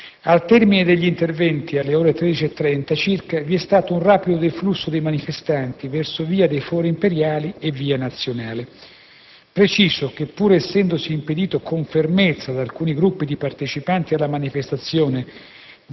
Al termine degli interventi, alle ore 13,30 circa, vi è stato un rapido deflusso dei manifestanti verso via dei Fori Imperiali e via Nazionale. Preciso che, pur essendosi impedito con fermezza ad alcuni gruppi di partecipanti alla manifestazione